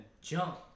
jump